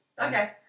Okay